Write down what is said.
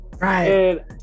Right